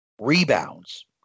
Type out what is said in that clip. Rebounds